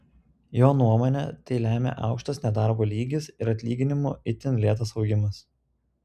jo nuomone tai lemia aukštas nedarbo lygis ir atlyginimų itin lėtas augimas